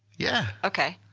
yeah! okay.